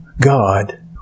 God